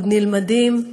עוד נלמדים,